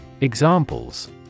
Examples